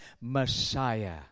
Messiah